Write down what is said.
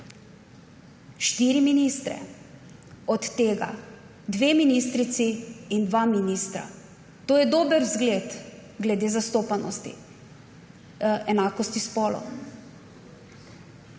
štiri ministre, od tega dve ministrici in dva ministra. To je dober vzgled glede zastopanosti, enakosti spolov.